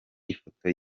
ifoto